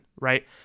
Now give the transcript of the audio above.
right